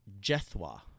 Jethwa